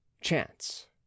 chance